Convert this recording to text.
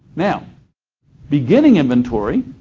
now beginning inventory,